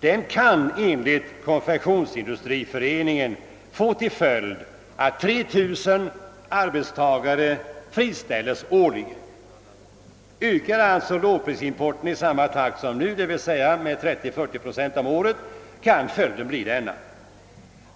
Den kan — om lågprisimporten ökar i samma takt som nu, dvs. med 30— 40 procent om året — enligt Konfektionsindustriföreningen få till följd att 3 000 arbetstagare friställs årligen.